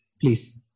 please